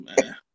man